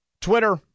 Twitter